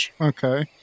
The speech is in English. Okay